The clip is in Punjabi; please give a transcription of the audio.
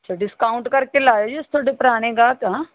ਅੱਛਾ ਡਿਸਕਾਊਂਟ ਕਰਕੇ ਲਾਇਓ ਜੀ ਅਸੀਂ ਤੁਹਾਡੇ ਪੁਰਾਣੇ ਗਾਹਕ ਹਾਂ